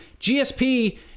GSP